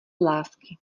lásky